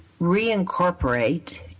reincorporate